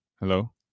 Hello